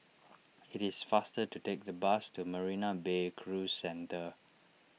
it is faster to take the bus to Marina Bay Cruise Centre